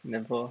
never